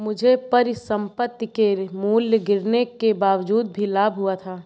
मुझे परिसंपत्ति के मूल्य गिरने के बावजूद भी लाभ हुआ था